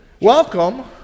Welcome